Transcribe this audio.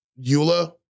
EULA